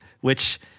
which-